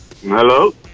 Hello